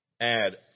Add